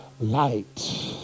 light